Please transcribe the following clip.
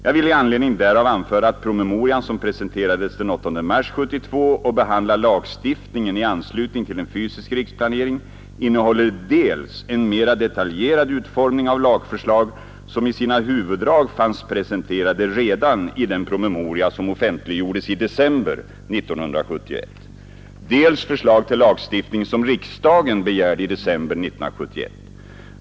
Jag vill i anledning därav anföra att promemorian, som presenterades den 8 mars 1972 och behandlar lagstiftningen i anslutning till en fysisk riksplanering, innehåller dels en mera detaljerad utformning av lagförslag som i sina huvuddrag fanns presenterade redan i den promemoria som offentliggjordes i december 1971, dels förslag till lagstiftning som riksdagen begärde i december 1971.